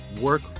work